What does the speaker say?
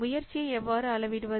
முயற்சி எவ்வாறு அளவிடுவது